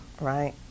right